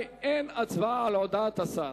אין הצבעה על בקשת השר,